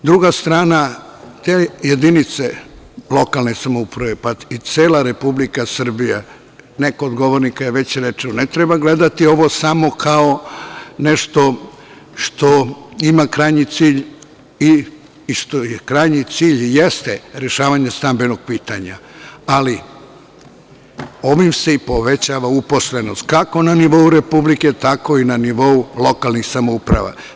Druga strana te jedinice lokalne samouprave, pa i cela Republika Srbija, neko od govornika je već rekao, ne treba gledati ovo samo kao nešto što ima krajnji cilj, i što krajnji cilj i jeste rešavanje stambenog pitanja, ali, ovim se povećava uposlenost, kako na nivou Republike, tako i na nivou lokalnih samouprava.